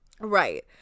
Right